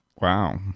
Wow